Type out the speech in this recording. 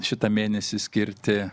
šitą mėnesį skirti